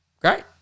great